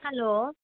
hello